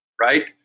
Right